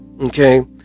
Okay